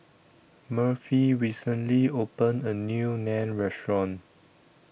Murphy recently opened A New Naan Restaurant